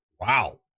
Wow